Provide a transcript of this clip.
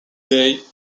day